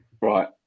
Right